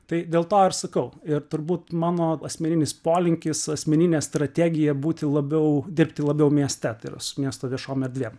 tai dėl to ir sakau ir turbūt mano asmeninis polinkis asmeninė strategija būti labiau dirbti labiau mieste tai yra su miesto viešom erdvėm